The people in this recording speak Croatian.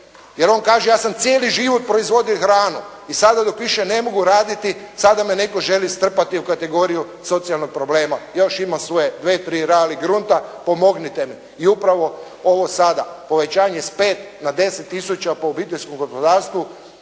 Jer on kaže, ja sam cijeli život proizvodio hranu i sada dok više ne mogu raditi, sada me netko želi strpati u kategoriju socijalnog problema. Još imam svoje dvije, tri rali grunta pomognite mi. I upravo ovo sada povećanje s 5 na 10 tisuća po obiteljskom gospodarstvu